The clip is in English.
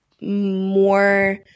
more